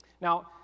Now